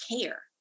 care